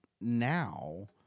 now